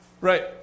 right